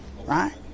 Right